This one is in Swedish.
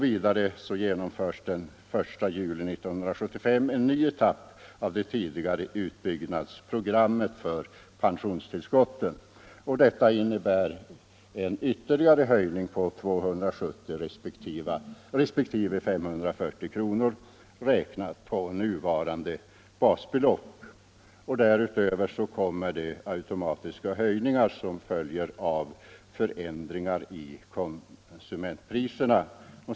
Vidare genomförs den 1 juli 1975 en ny etapp av det tidigare utbyggnadsprogrammet för pensionärstillskotten. Detta innebär en ytterligare höjning med 270 resp. 540 kr. räknat med nuvarande basbelopp. Därutöver kommer de automatiska höjningar som följer av förändringar i konsumentpriserna.